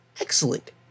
excellent